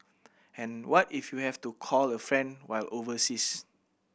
and what if you have to call a friend while overseas